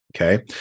Okay